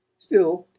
still,